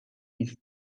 dies